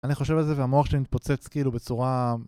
אני חושב על זה והמוח שלי מתפוצץ, כאילו, בצורה...